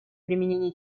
применения